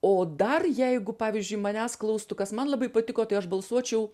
o dar jeigu pavyzdžiui manęs klaustų kas man labai patiko tai aš balsuočiau